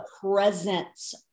presence